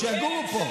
שיגורו פה.